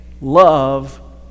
love